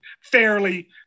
fairly